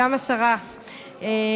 גם השרה גמליאל,